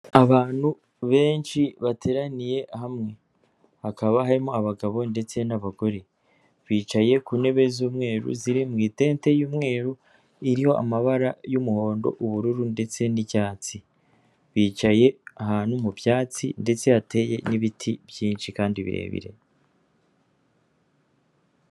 Abantu benshi bateraniye hamwe hakaba harimo abagabo ndetse n'abagore. Bicaye ku ntebe z'umweru ziri mu itente y'umweru iriho amabara y'umuhondo, ubururu ndetse n'icyatsi, bicaye ahantu mu byatsi ndetse hateye n'ibiti byinshi kandi birebire.